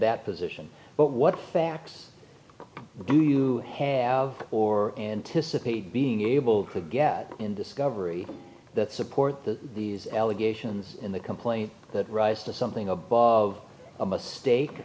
that position but what facts do you have or anticipate being able to get in discovery that support the these allegations in the complaint that rise to something above a mistake